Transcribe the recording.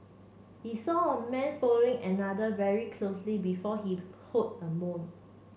he saw a man following another very closely before he heard a moan